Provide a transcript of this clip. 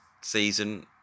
season